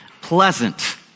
pleasant